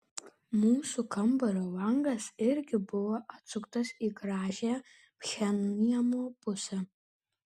mūsų kambario langas irgi buvo atsuktas į gražiąją pchenjano pusę